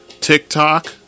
TikTok